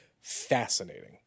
fascinating